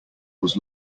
was